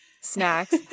Snacks